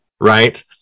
right